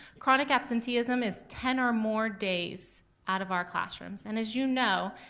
chronic absenteeism is ten or more days out of our classrooms. and, as you know,